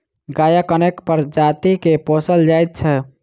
गायक अनेक प्रजाति के पोसल जाइत छै